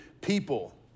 people